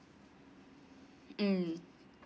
mm